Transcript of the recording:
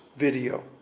video